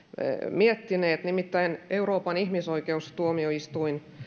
miettineet nimittäin euroopan ihmisoikeustuomioistuin